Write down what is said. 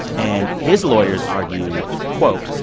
and his lawyers argued, quote,